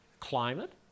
climate